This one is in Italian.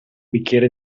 bicchiere